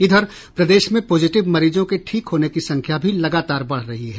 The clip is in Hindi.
इधर प्रदेश में पॉजिटिव मरीजों के ठीक होने की संख्या भी लगातार बढ़ रही है